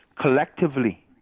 collectively